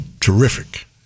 terrific